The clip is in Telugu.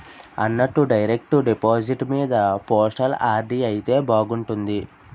అన్నట్టు డైరెక్టు డిపాజిట్టు మీద పోస్టల్ ఆర్.డి అయితే బాగున్నట్టుంది